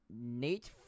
Nate